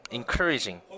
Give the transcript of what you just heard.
encouraging